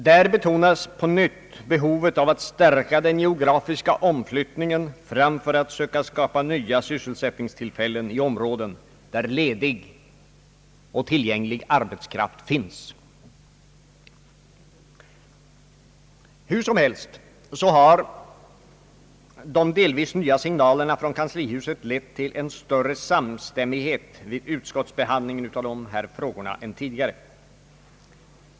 Där betonas på nytt behovet av att stärka den geografiska omflyttningen framför att söka skapa nya sysselsättningstillfällen i områden där ledig och tillgänglig arbetskraft finns. Hur som helst, har de delvis nya signalerna från kanslihuset lett till en större samstämmighet vid utskottsbehandlingen av dessa frågor än tidigare.